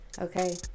Okay